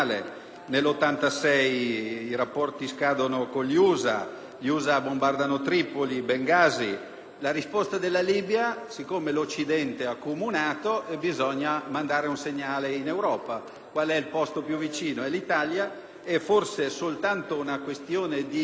La risposta della Libia è la seguente: siccome l'Occidente è accomunato bisogna mandare un segnale all'Europa. Qual è il posto più vicino? L'Italia. Forse è soltanto per una questione balistica che il missile indirizzato a Lampedusa non esplode e non produce,